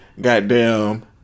goddamn